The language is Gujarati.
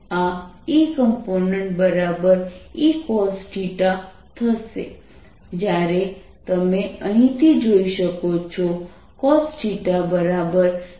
તેથી આ Ecomp Ecosθ હશે જ્યારે તમે અહીંથી જોઈ શકો છો cosθ vts2v2t2 છે